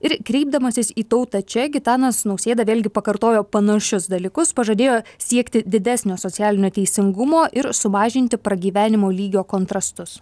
ir kreipdamasis į tautą čia gitanas nausėda vėlgi pakartojo panašius dalykus pažadėjo siekti didesnio socialinio teisingumo ir sumažinti pragyvenimo lygio kontrastus